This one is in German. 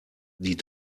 die